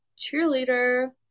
cheerleader